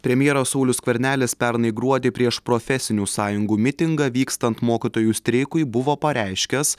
premjeras saulius skvernelis pernai gruodį prieš profesinių sąjungų mitingą vykstant mokytojų streikui buvo pareiškęs